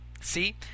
See